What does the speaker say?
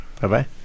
Bye-bye